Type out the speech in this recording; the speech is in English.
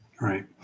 Right